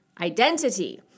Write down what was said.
identity